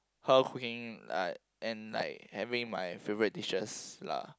her cooking like and like having my favourite dishes lah